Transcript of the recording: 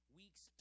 weeks